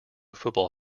football